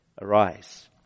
arise